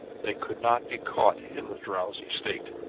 they could not be caught in the drowsy state!